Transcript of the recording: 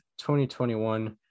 2021